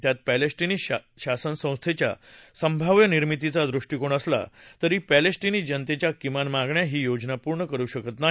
त्यात पॅलेस्टिनी शासनसंस्थेच्या संभाव्य निर्मितीचा दृष्टिकोन असला तरी पॅलेस्टिनी जनतेच्या किमान मागण्या ही योजना पूर्ण करू शकत नाही